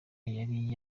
yari